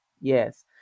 yes